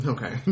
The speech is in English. Okay